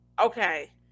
okay